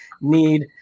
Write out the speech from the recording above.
need